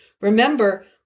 Remember